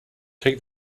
take